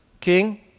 king